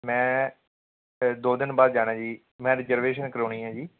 ਮੈਂ ਦੋ ਦਿਨ ਬਾਅਦ ਜਾਣਾ ਜੀ ਮੈਂ ਰਿਜਰਵੇਸ਼ਨ ਕਰਵਾਉਣੀ ਹੈ ਜੀ